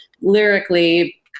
lyrically